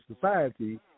society